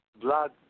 blood